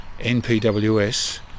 NPWS